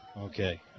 Okay